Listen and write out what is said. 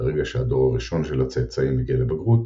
ברגע שהדור הראשון של הצאצאים מגיע לבגרות,